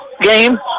game